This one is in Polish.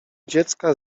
dziecka